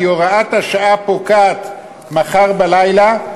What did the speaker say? כי הוראת השעה פוקעת מחר בלילה,